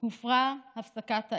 הופרה הפסקת האש.